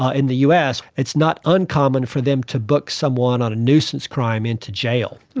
ah in the us it's not uncommon for them to book someone on a nuisance crime into jail,